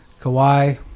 Kawhi